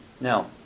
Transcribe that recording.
Now